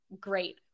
great